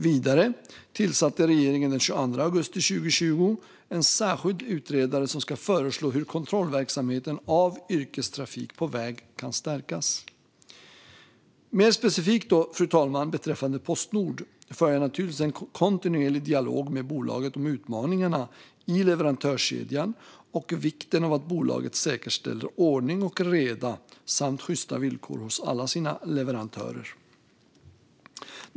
Vidare tillsatte regeringen den 22 augusti 2020 en särskild utredare som ska föreslå hur kontrollverksamheten av yrkestrafik på väg kan stärkas. Fru talman! Mer specifikt beträffande Postnord för jag kontinuerligt en dialog med bolaget om utmaningarna i leverantörskedjan och vikten av att bolaget säkerställer ordning och reda samt sjysta villkor hos alla sina leverantörer.